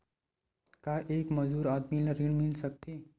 का एक मजदूर आदमी ल ऋण मिल सकथे?